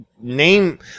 name